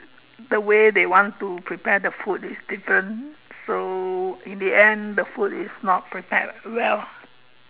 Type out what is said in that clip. the way they want to prepare the food is different so in the end the food is not prepared well